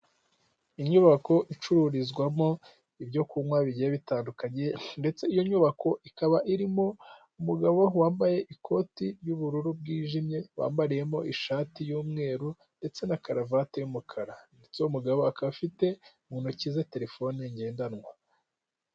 Inyubako icururizwamo ibyo kunywa bigiye bitandukanye, ndetse iyo nyubako ikaba irimo umugabo wambaye ikoti ry'ubururu bwijimye wambariyemo ishati y'umweru, ndetse na karavati y'umukara. Ndetse uwo mugabo akaba afite mu ntoki ze terefone ngendanwa.